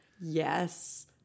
Yes